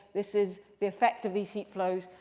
this is the effect of these heat flows.